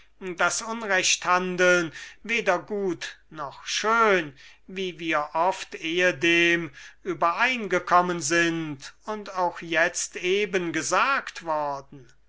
das unrechthandeln weder gut noch schön wie wir oft ehedem übereingekommen sind und wie auch jetzt eben gesagt worden